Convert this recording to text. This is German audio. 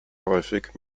häufig